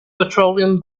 petroleum